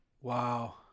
Wow